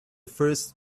first